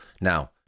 Now